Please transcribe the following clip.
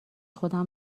خودمو